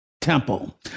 temple